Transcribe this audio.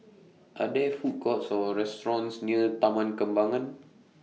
Are There Food Courts Or restaurants near Taman Kembangan